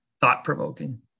thought-provoking